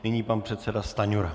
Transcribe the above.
Nyní pan předseda Stanjura.